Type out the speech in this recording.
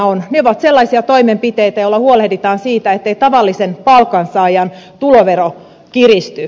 ne ovat sellaisia toimenpiteitä joilla huolehditaan siitä ettei tavallisen palkansaajan tulovero kiristy